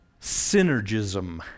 synergism